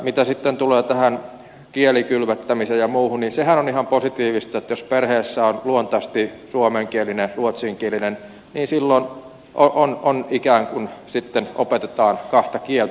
mitä sitten tulee tähän kielikylvettämiseen ja muuhun niin sehän on ihan positiivista että jos perheessä on luontaisesti suomenkielinen ja ruotsinkielinen niin silloin ikään kuin opetetaan kahta kieltä